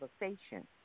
conversation